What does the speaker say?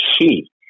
key